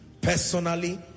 Personally